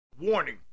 Warning